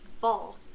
Ball